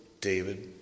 David